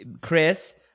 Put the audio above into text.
Chris